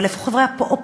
אבל איפה חברי האופוזיציה?